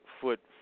foot